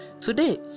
today